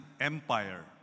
Empire